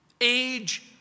Age